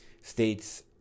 states